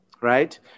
right